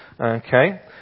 Okay